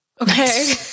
Okay